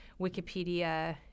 Wikipedia